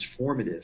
transformative